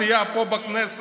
הסיעה פה בכנסת,